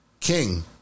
King